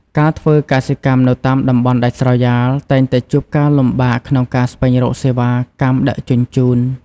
ការធ្វើកសិកម្មនៅតាមតំបន់ដាច់ស្រយាលតែងតែជួបការលំបាកក្នុងការស្វែងរកសេវាកម្មដឹកជញ្ជូន។